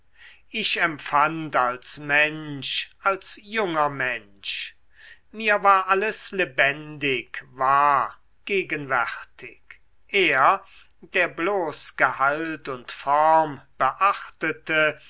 ich empfand als mensch als junger mensch mir war alles lebendig wahr gegenwärtig er der bloß gehalt und form beachtete